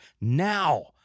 Now